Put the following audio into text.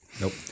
Nope